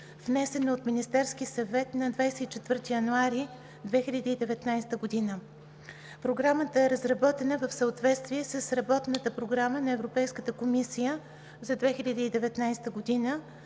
внесена от Министерския съвет на 24 януари 2019 г. Програмата е разработена в съответствие с Работната програма на Европейската комисия за 2019 г.